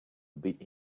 being